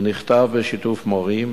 הוא נכתב בשיתוף מורים,